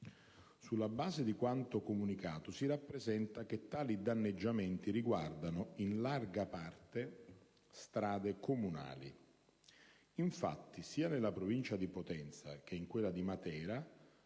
Sulla base di quanto comunicato si rappresenta che tali danneggiamenti riguardano, in larga parte, strade comunali. Infatti, sia nella provincia di Potenza che in quella di Matera,